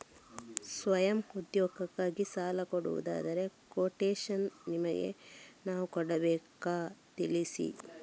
ಸ್ವಯಂ ಉದ್ಯೋಗಕ್ಕಾಗಿ ಸಾಲ ಕೊಡುವುದಾದರೆ ಕೊಟೇಶನ್ ನಿಮಗೆ ನಾವು ಕೊಡಬೇಕಾ ತಿಳಿಸಿ?